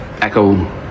echo